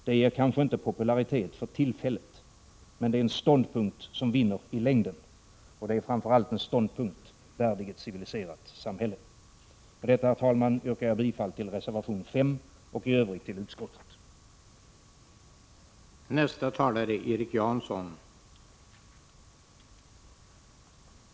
Det ger kanske inte popularitet för tillfället, men det är en ståndpunkt som vinner i längden. Det är framför allt en ståndpunkt värdig ett civiliserat samhälle. Med detta, herr talman, yrkar jag bifall till reservation 5 och i övrigt till utskottets hemställan.